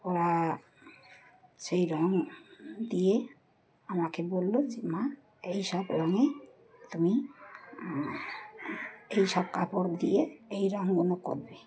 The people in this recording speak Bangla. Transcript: ওরা সেই রঙ দিয়ে আমাকে বললো যে মা এই সব রঙে তুমি এই সব কাপড় দিয়ে এই রঙগুলো করবে